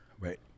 Right